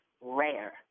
rare